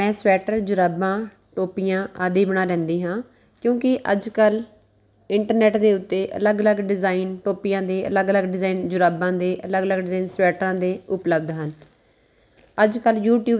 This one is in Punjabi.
ਮੈਂ ਸਵੈਟਰ ਜੁਰਾਬਾਂ ਟੋਪੀਆਂ ਆਦਿ ਬਣਾ ਲੈਂਦੀ ਹਾਂ ਕਿਉਂਕਿ ਅੱਜ ਕੱਲ੍ਹ ਇੰਟਰਨੈੱਟ ਦੇ ਉੱਤੇ ਅਲੱਗ ਅਲੱਗ ਡਿਜ਼ਾਇਨ ਟੋਪੀਆਂ ਦੇ ਅਲੱਗ ਅਲੱਗ ਡਿਜ਼ਾਇਨ ਜੁਰਾਬਾਂ ਦੇ ਅਲੱਗ ਅਲੱਗ ਡਿਜ਼ਾਇਨ ਸਵੈਟਰਾਂ ਦੇ ਉਪਲੱਬਧ ਹਨ